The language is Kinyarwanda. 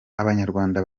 abanyarwanda